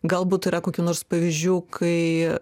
galbūt yra kokių nors pavyzdžių kai